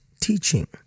teaching